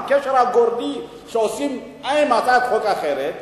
הקשר הגורדי שעושים עם הצעת חוק אחרת,